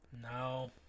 No